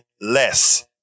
less